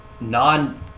non-